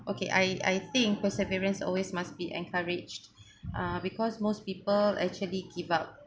okay I I think perseverance always must be encouraged uh because most people actually give up